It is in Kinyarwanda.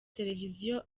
televiziyo